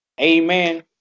Amen